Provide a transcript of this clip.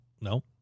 No